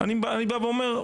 אני בא ואומר,